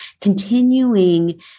continuing